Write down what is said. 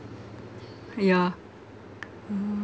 yeah oh